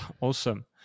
awesome